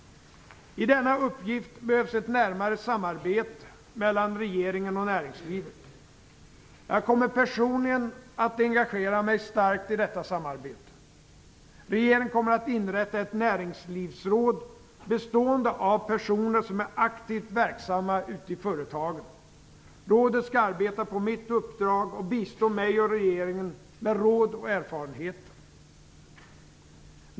I denna uppgift behövs ett närmare samarbete mellan regeringen och näringslivet. Jag kommer personligen att engagera mig starkt i detta samarbete. Regeringen kommer att inrätta ett näringslivsråd bestående av personer som är aktivt verksamma ute i företagen. Rådet skall arbeta på mitt uppdrag och bistå mig och regeringen med råd och erfarenheter.